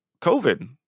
COVID